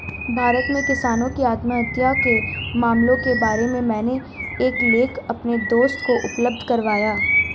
भारत में किसानों की आत्महत्या के मामलों के बारे में मैंने एक लेख अपने दोस्त को उपलब्ध करवाया